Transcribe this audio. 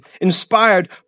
inspired